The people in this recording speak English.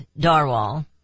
Darwall